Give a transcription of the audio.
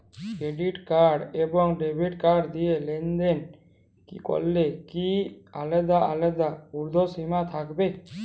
Credit card এবং debit card দিয়ে লেনদেন করলে কি আলাদা আলাদা ঊর্ধ্বসীমা থাকবে?